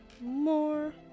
more